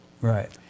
right